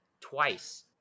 twice